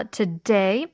today